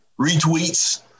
retweets